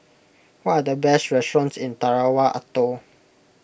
what are the best restaurants in Tarawa Atoll